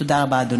תודה רבה, אדוני.